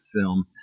film